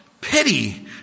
pity